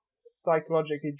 psychologically